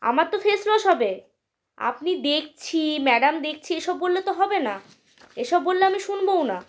আমার তো ফেসলস হবে আপনি দেখছি ম্যাডাম দেখছি এসব বললে তো হবে না এসব বললে আমি শুনবও না